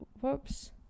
whoops